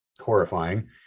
horrifying